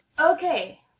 Okay